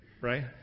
right